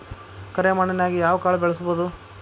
ಕರೆ ಮಣ್ಣನ್ಯಾಗ್ ಯಾವ ಕಾಳ ಬೆಳ್ಸಬೋದು?